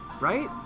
right